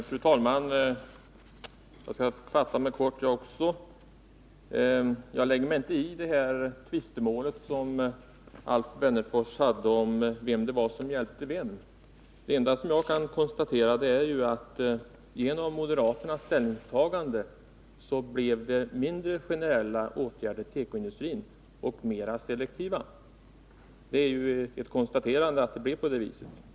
Fru talman! Jag skall fatta mig kort. Jag lägger mig inte, Alf Wennerfors, i tvistemålet om vem det var som hjälpte vem. Det enda jag kan konstatera är att det genom moderaternas ställningstagande blir mindre av de generella åtgärderna till tekoindustrin och mer av de selektiva.